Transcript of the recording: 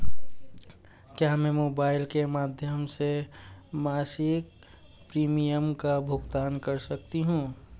क्या मैं मोबाइल के माध्यम से मासिक प्रिमियम का भुगतान कर सकती हूँ?